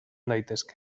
daitezke